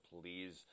please